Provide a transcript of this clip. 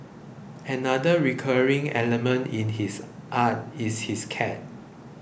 another recurring element in his art is his cat